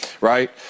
right